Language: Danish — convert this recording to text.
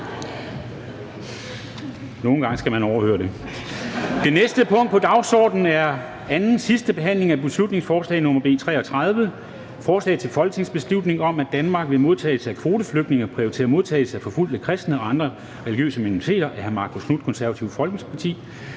sendt til statsministeren. --- Det næste punkt på dagsordenen er: 13) 2. (sidste) behandling af beslutningsforslag nr. B 33: Forslag til folketingsbeslutning om, at Danmark ved modtagelse af kvoteflygtninge prioriterer modtagelse af forfulgte kristne og andre religiøse minoriteter. Af Marcus Knuth (KF) m.fl.